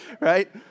Right